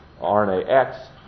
RNA-X